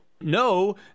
No